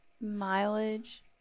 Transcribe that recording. mileage